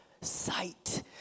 sight